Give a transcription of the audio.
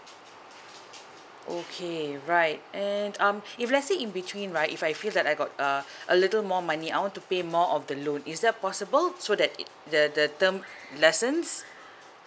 okay right and um if let's say in between right if I feel that I got uh a little more money I want to pay more of the loan is that possible so that it the the term lessens